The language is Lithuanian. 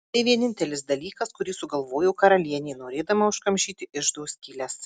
tai vienintelis dalykas kurį sugalvojo karalienė norėdama užkamšyti iždo skyles